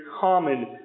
common